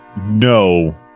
no